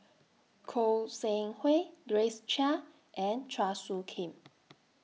Goi Seng Hui Grace Chia and Chua Soo Khim